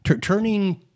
turning